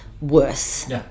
worse